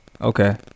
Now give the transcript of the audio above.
Okay